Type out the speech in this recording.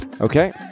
Okay